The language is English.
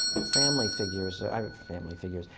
family figures are um family figures.